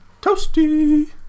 Toasty